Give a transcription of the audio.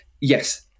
yes